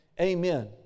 Amen